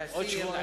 להסיר?